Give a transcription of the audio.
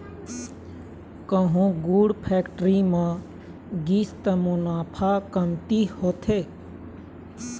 कहूँ गुड़ फेक्टरी म गिस त मुनाफा कमती होथे